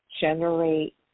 generate